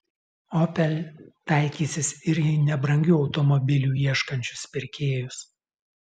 opel taikysis ir į nebrangių automobilių ieškančius pirkėjus